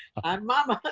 i'm mama.